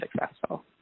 successful